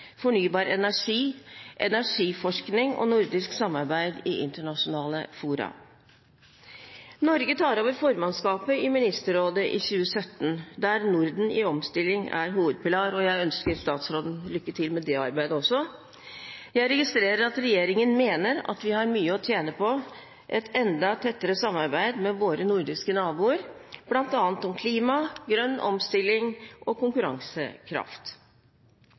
fornybar energi, energiforskning og nordisk samarbeid i internasjonale fora. Norge tar over formannskapet i ministerrådet i 2017, der Norden i omstilling er hovedpilar, og jeg ønsker statsråden lykke til med det arbeidet også. Jeg registrerer at regjeringen mener vi har mye å tjene på et enda tettere samarbeid med våre nordiske naboer, bl.a. om klima, grønn omstilling og konkurransekraft.